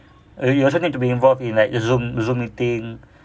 ah you also need to be involved in like zoom zoom meeting